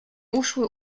uszły